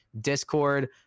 Discord